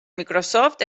microsoft